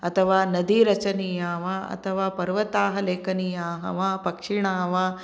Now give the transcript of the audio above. अथवा नदी रचनीया वा अथवा पर्वताः लेखनीयाः वा पक्षिणः वा